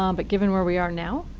um but given where we are now,